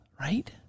right